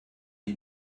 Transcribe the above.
die